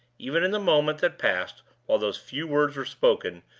even in the moment that passed while those few words were spoken,